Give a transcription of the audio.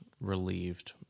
relieved